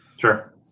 Sure